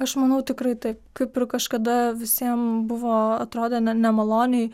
aš manau tikrai taip kaip ir kažkada visiem buvo atrodė nemaloniai